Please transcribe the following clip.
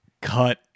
cut